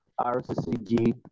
RCCG